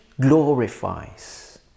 glorifies